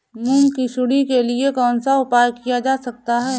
मूंग की सुंडी के लिए कौन सा उपाय किया जा सकता है?